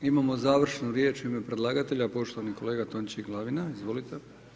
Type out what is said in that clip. Imamo završnu riječ u ime predlagatelja, poštovani kolega Tonči Glavina, izvolite.